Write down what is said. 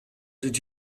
did